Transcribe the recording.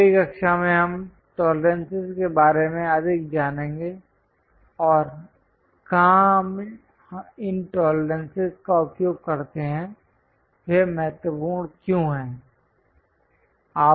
अगली कक्षा में हम टॉलरेंसिस के बारे में अधिक जानेंगे और कहां हम इन टॉलरेंसिस का उपयोग करते हैं वे महत्वपूर्ण क्यों हैं